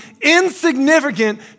insignificant